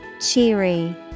Cheery